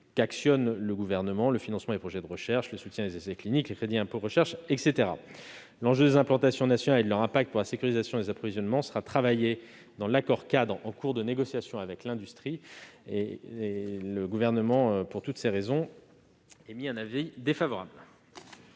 qu'actionne le Gouvernement : le financement des projets de recherche, le soutien des essais cliniques, le crédit d'impôt recherche, etc. L'enjeu des implantations nationales et de leur impact pour la sécurisation des approvisionnements sera travaillé dans l'accord-cadre en cours de négociation avec l'industrie. Le Gouvernement, pour toutes ces raisons, émet un avis défavorable.